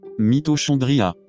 Mitochondria